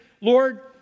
Lord